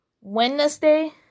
Wednesday